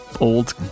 old